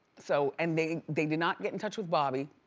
so and they they did not get in touch with bobby.